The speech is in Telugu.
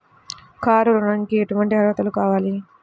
కారు ఋణంకి ఎటువంటి అర్హతలు కావాలి?